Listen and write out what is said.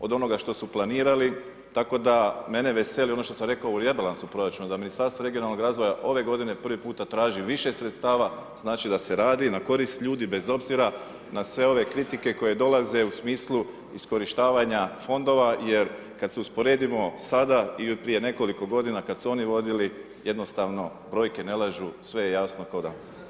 od onoga što su planirali, tako da mene veseli ono što sam rekao u rebalansu proračuna da Ministarstvo regionalnog razvoja ove godine prvi puta traži više sredstava, znači da se radi na korist ljudi bez obzira na sve ove kritike koje dolaze u smislu iskorištavanja fondova jer kad se usporedimo sada i od prije nekoliko godina kad su oni vodili jednostavno brojke ne lažu, sve je jasno ko dan.